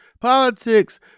politics